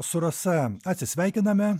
su rasa atsisveikiname